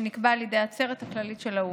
שנקבע על ידי העצרת הכללית של האו"ם.